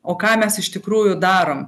o ką mes iš tikrųjų darom